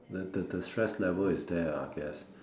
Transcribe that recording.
the the the stress level is there ah I guess